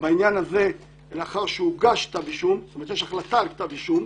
ובעניין הזה לאחר שיש החלטה על כתב אישום,